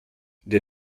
der